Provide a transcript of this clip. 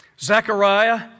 Zechariah